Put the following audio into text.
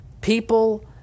People –